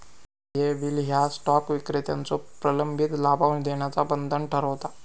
देय बिल ह्या स्टॉक विक्रेत्याचो प्रलंबित लाभांश देण्याचा बंधन ठरवता